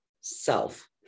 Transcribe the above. self